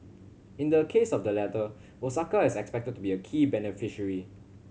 in the case of the latter Osaka is expected to be a key beneficiary